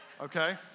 Okay